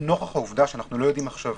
נוכח העובדה שאנחנו לא יודעים עכשיו